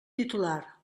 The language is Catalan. titular